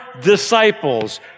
disciples